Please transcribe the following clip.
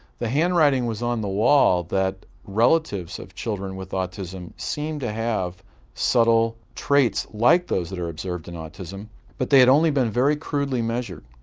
the handwriting was on the wall that relatives of children with autism seemed to have subtle traits like those that are observed in autism but they had only been very crudely measured.